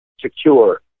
secure